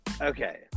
Okay